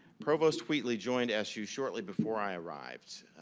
provost wheatley joined su shortly before i arrived.